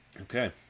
Okay